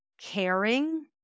caring